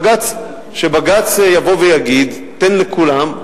שבג"ץ יבוא ויגיד: תן לכולם.